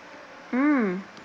mm